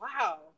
Wow